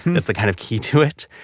that's the kind of key to it.